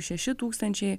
šeši tūkstančiai